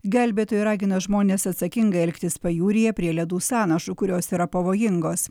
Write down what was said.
gelbėtojai ragina žmones atsakingai elgtis pajūryje prie ledų sąnašų kurios yra pavojingos